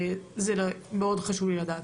זה מאוד חשוב לי לדעת.